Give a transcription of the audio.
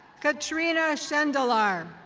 katrina sendalar.